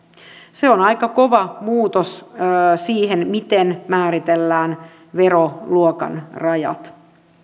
se on aika kova muutos siihen miten määritellään veroluokan rajat